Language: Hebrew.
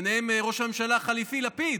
ביניהם ראש הממשלה החליפי לפיד.